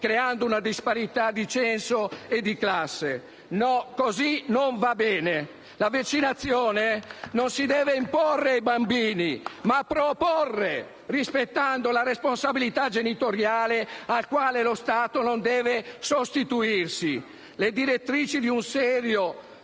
creando una disparità di censo e di classe. *(Applausi dal Gruppo LN-Aut)*. No! Così non va bene! La vaccinazione non si deve imporre ai bambini ma proporre, rispettando la responsabilità genitoriale alla quale lo Stato non deve sostituirsi. Le direttrici di un serio